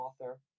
author